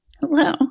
Hello